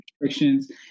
restrictions